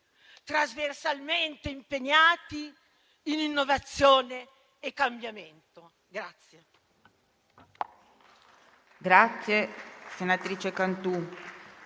trasversalmente impegnati in innovazione e cambiamento.